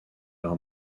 leur